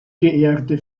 geehrte